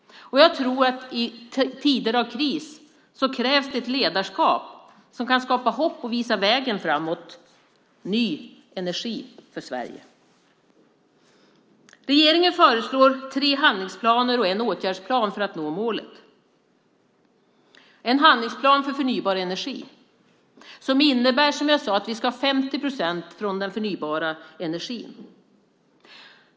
Och jag tror att det i tider av kris krävs ett ledarskap som kan skapa hopp och visa vägen fram mot ny energi för Sverige. Regeringen föreslår tre handlingsplaner och en åtgärdsplan för att nå målet. Det är en handlingsplan för förnybar energi som innebär, som jag sade, att vi ska ha 50 procent från den förnybara energin.